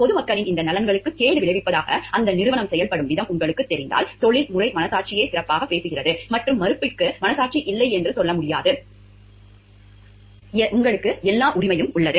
பொது மக்களின் இந்த நலன்களுக்குக் கேடு விளைவிப்பதாக அந்த நிறுவனம் செயல்படும் விதம் உங்களுக்குத் தெரிந்தால் உங்கள் தொழில்முறை மனசாட்சியே சிறப்பாகப் பேசுகிறது மற்றும் மறுப்புக்கு மனசாட்சி இல்லை என்று சொல்ல உங்களுக்கு எல்லா உரிமையும் உள்ளது